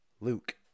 Luke